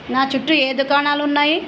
నా చుట్టూ ఏ దుకాణాలు ఉన్నాయి